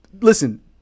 listen